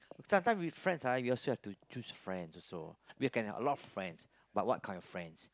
sometime with friends ah you also have to choose friends also we can allow a lot friends but what kind of friends